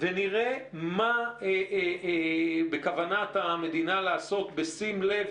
ונראה מה בכוונת המדינה לעשות בשים לב